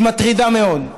היא מטרידה מאוד.